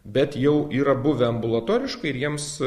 bet jau yra buvę ambulatoriškai ir jiems